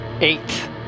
Eight